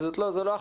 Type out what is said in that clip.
וזו לא החלטה,